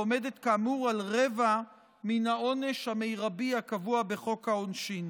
העומדת כאמור על רבע מן העונש המרבי הקבוע בחוק העונשין.